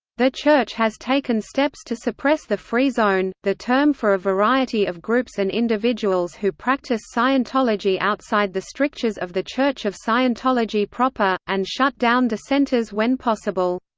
the church has taken steps to suppress the free zone, the term for a variety of groups and individuals who practice scientology outside the strictures of the church of scientology proper, and shut down dissenters when possible.